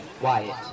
Wyatt